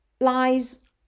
lies